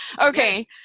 Okay